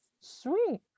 Sweet